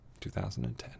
2010